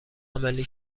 عملی